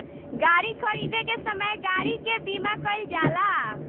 गाड़ी खरीदे के समय गाड़ी के बीमा कईल जाला